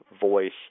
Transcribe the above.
voice